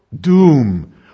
doom